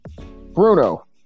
Bruno